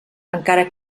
encara